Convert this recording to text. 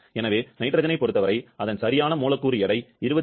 எனவே நைட்ரஜனைப் பொறுத்தவரை அதன் சரியான மூலக்கூறு எடை 28